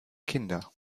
kinder